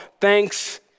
thanks